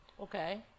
Okay